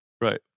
right